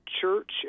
church